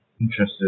interested